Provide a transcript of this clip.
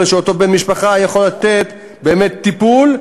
יכול להיות שאותו בן-משפחה יכול לתת באמת טיפול,